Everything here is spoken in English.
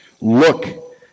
look